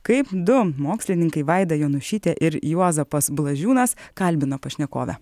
kaip du mokslininkai vaida jonušytė ir juozapas blažiūnas kalbino pašnekovę